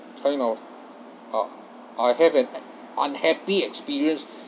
kind of uh I have an unhappy experience